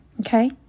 Okay